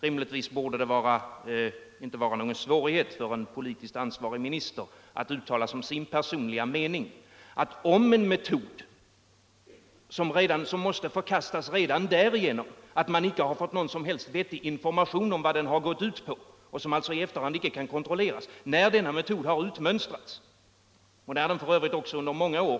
Rimligtvis borde det inte vara någon svårighet för en politiskt ansvarig — Nr 13 minister att uttala sin personliga mening om en metod som måste för Torsdagen den kastas redan därför att man icke fått någon som helst vettig information 21 oktober 1976 om vad den har gått ut på - en metod som alltså i efterhand icke kan kontrolleras. När denna metod — som f. ö. också under många år varit.